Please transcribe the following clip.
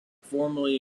formerly